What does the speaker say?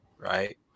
right